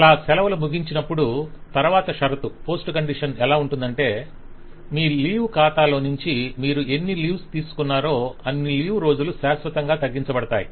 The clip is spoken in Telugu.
అలా సెలవలు ముగించినప్పుడు తరవాత షరతు ఎలా ఉంటుందంటే మీ లీవ్ ఖాతా లోనించి మీరు ఎన్ని లీవ్స్ తీసుకొన్నారో అన్నీ లీవ్ రోజులు శాశ్వతంగా తగ్గించబడతాయి